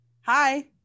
Hi